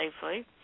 Safely